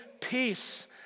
peace